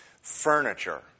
furniture